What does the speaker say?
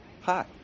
Hi